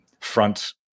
front